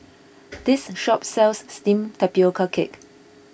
this shop sells Steamed Tapioca Cake